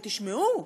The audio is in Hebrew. ותשמעו,